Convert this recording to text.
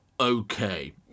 okay